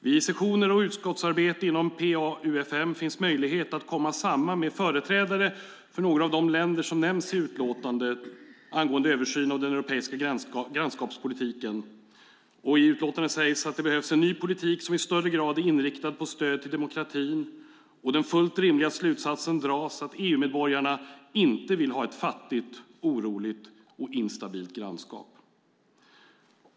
Vid sessioner och i utskottsarbete inom PA-UfM finns möjlighet att komma samman med företrädare för några av de länder som nämns i utlåtandet angående översyn av den europeiska grannskapspolitiken. I utlåtandet sägs att det behövs en ny politik som i högre grad är inriktad på stöd till demokratin. Den fullt rimliga slutsatsen dras att EU-medborgarna inte vill ha ett fattigt, oroligt och instabilt grannskap.